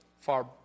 far